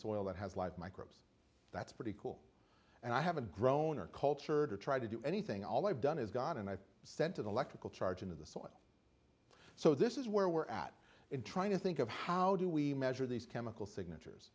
soil that has lived microbes that's pretty cool and i haven't grown or cultured or tried to do anything all i've done is gone and i've sent to the electrical charge into the soil so this is where we're at in trying to think of how do we measure these chemical signatures